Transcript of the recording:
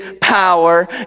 power